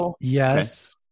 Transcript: yes